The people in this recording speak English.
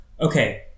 Okay